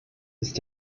ist